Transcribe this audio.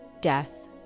death